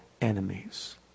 enemies